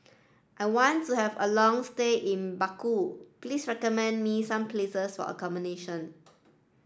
I wants have a long stay in Baku please recommend me some places for accommodation